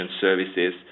services